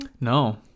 No